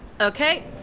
Okay